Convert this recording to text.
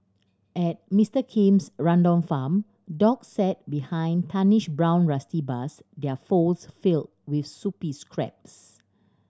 at Mister Kim's rundown farm dogs sat behind tarnished brown rusty bars their filled with soupy scraps